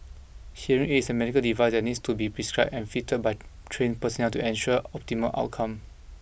hearing aids a medical device that needs to be prescribed and fitted by trained personnel to ensure optimum outcome